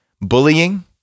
bullying